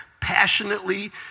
passionately